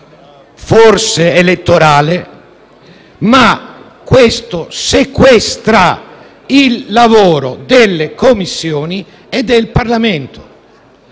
forse elettorale, ma questo sequestra il lavoro delle Commissioni e del Parlamento.